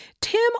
Tim